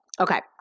Okay